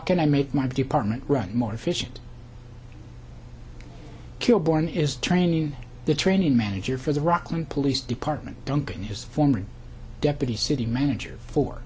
can i make my department run more efficient kilborne is training the training manager for the rockland police department duncan his former deputy city manager for